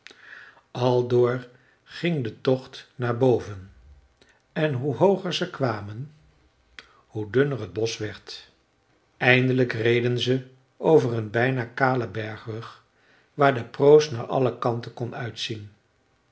aldoor ging de tocht naar boven en hoe hooger ze kwamen hoe dunner het bosch werd eindelijk reden ze over een bijna kalen bergrug waar de proost naar alle kanten kon uitzien